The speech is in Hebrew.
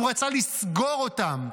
הוא רצה לסגור אותם,